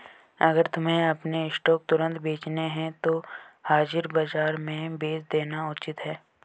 अगर तुम्हें अपने स्टॉक्स तुरंत बेचने हैं तो हाजिर बाजार में बेच देना उचित है